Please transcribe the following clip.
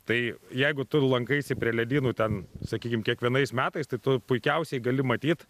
tai jeigu tu lankaisi prie ledynų ten sakykim kiekvienais metais tai tu puikiausiai gali matyt